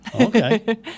Okay